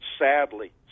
Sadly